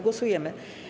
Głosujemy.